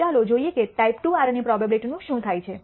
ચાલો જોઈએ કે ટાઈપ II એરર ની પ્રોબેબીલીટી નું શું થાય છે